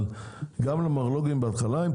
גם המרלו"גים בהתחלה,